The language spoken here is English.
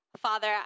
Father